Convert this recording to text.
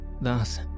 Thus